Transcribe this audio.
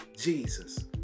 Jesus